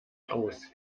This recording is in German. aus